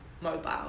mobile